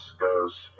goes